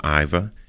Iva